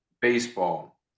baseball